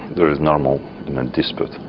there is normal dispute.